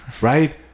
Right